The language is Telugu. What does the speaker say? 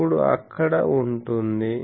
అప్పుడు అక్కడ ఉంటుంది